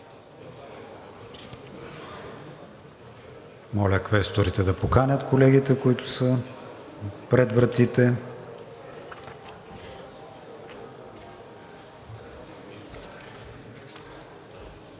Моля, квесторите, да поканят колегите, които са пред вратите.